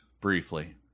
briefly